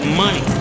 money